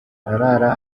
arara